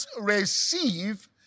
receive